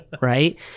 right